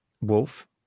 Wolf